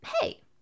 hey